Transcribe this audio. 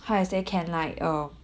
how to say can like um